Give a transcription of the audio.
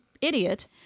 idiot